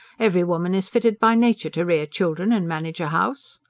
every woman is fitted by nature to rear children and manage a house.